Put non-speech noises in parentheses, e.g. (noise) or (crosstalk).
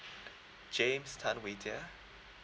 (breath) james tan wei jia